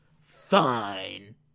Fine